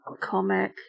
comic